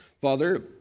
Father